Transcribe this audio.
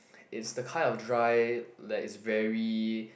is the kind of dry like it's very